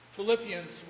Philippians